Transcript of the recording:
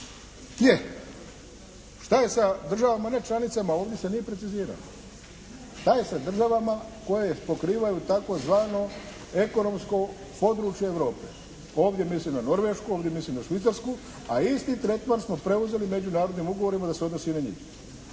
Da, šta je sa državama nečlanicama, ovdje se nije preciziralo. Šta je sa državama koje pokrivaju takozvano ekonomsko područje Europe? Ovdje mislim na Norvešku, ovdje mislim na Švicarsku a isti tretman smo preuzeli međunarodnim ugovorima …/Govornik se ne